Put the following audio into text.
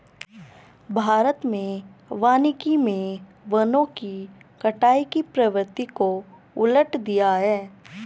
भारत में वानिकी मे वनों की कटाई की प्रवृत्ति को उलट दिया है